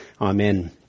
Amen